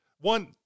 one